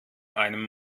einem